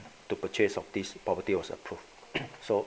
to purchase of this property was approved so